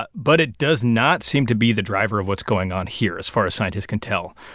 but but it does not seem to be the driver of what's going on here, as far as scientists can tell.